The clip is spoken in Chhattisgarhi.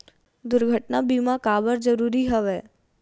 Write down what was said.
दुर्घटना बीमा काबर जरूरी हवय?